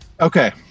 Okay